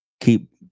keep